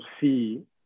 see